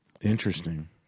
Interesting